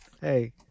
Hey